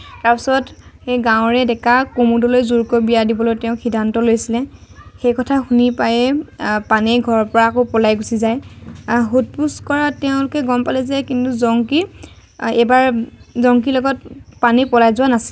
তাৰপিছত এই গাঁৱৰে ডেকা কুমুদলৈ জোৰকৈ বিয়া দিবলৈ তেওঁক সিদ্ধান্ত লৈছিলে সেই কথা শুনি পায়ে পানেই ঘৰৰ পৰা আকৌ পলাই গুচি যায় সোধ পোছ কৰাত তেওঁলোকে গম পালে যে কিন্তু জংকী এইবাৰ জংকী লগত পানেই পলাই যোৱা নাছিল